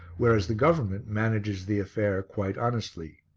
whereas the government manages the affair quite honestly.